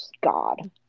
god